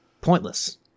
pointless